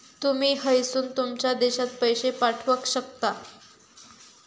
तुमी हयसून तुमच्या देशात पैशे पाठवक शकता